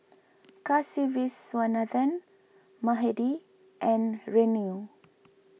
Kasiviswanathan Mahade and Renu